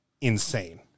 insane